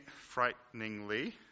frighteningly